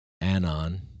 Anon